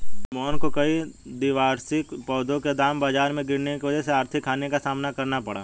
मोहन को कई द्विवार्षिक पौधों के दाम बाजार में गिरने की वजह से आर्थिक हानि का सामना करना पड़ा